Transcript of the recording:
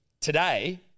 today